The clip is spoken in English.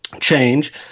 change